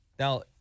Now